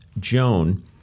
Joan